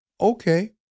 okay